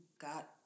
got